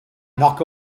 knock